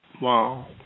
Wow